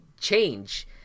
change